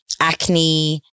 acne